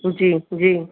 जी जी